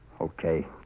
Okay